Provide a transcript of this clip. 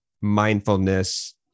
mindfulness